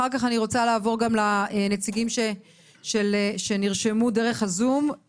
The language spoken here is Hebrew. אחר כך אני רוצה לעבור גם לנציגים שנרשמו דרך הזום.